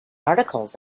articles